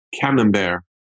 Camembert